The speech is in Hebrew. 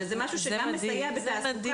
שזה משהו שגם מסייע בתעסוקה.